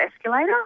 escalator